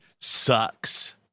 sucks